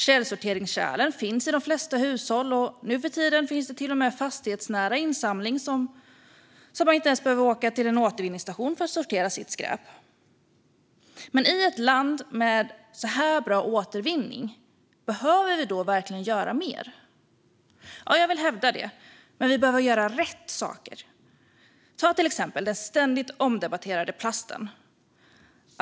I de flesta hushåll finns källsorteringskärl, och nu för tiden finns till och med fastighetsnära insamling så att man inte ens behöver åka till en återvinningsstation för att sortera sitt skräp. Men behöver vi - ett land som är så pass bra på återvinning - verkligen göra mer? Ja, det hävdar jag, men vi behöver göra rätt saker. Ta till exempel den ständigt omdebatterade plasten.